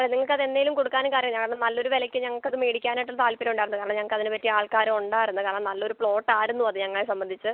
ആ നിങ്ങൾക്ക് എന്നേലും കൊടുക്കാനും കാര്യം കാരണം നല്ലൊര് വിലയ്ക്ക് ഞങ്ങൾക്കത് മേടിക്കാനായിട്ട് താൽപര്യമുണ്ടായിരുന്നു കാരണം ഞങ്ങൾക്കതിന് പറ്റിയ ആൾക്കാരുണ്ടായിരുന്ന് കാരണം നല്ലൊരു പ്ലോട്ടായിരുന്നു അത് ഞങ്ങളെ സംബന്ധിച്ച്